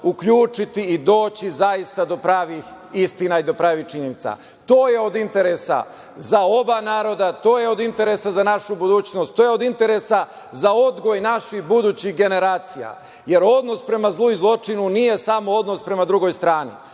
uključiti i doći zaista do pravih istina i do pravih činjenica. To je od interesa za oba naroda, to je od interesa za našu budućnost, to je od interesa za odgoj naših budućih generacija, jer odnos prema zlu i zločinu nije samo odnos prema drugoj strani.